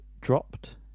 dropped